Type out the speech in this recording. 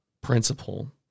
principle